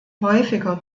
häufiger